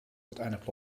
uiteindelijk